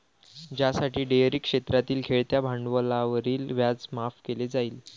ज्यासाठी डेअरी क्षेत्रातील खेळत्या भांडवलावरील व्याज माफ केले जाईल